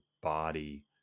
body